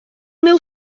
meu